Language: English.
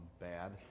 bad